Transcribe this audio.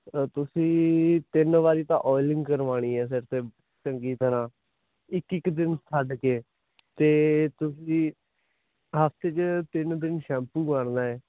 ਤੁਸੀਂ ਤਿੰਨ ਵਾਰੀ ਤਾਂ ਆਇਲਿੰਗ ਕਰਵਾਉਣੀ ਹੈ ਸਿਰ ਤੇ ਚੰਗੀ ਤਰ੍ਹਾਂ ਇੱਕ ਇੱਕ ਦਿਨ ਛੱਡ ਕੇ ਤੇ ਤੁਸੀਂ ਹਫਤੇ ਚ ਤਿੰਨ ਦਿਨ ਸ਼ੈਪੂ ਕਰਨਾ